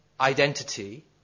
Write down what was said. identity